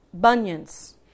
bunions